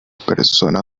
persona